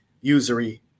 usury